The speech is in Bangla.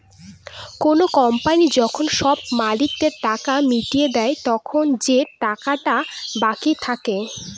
কোনো কোম্পানি যখন সব মালিকদের টাকা মিটিয়ে দেয়, তখন যে টাকাটা বাকি থাকে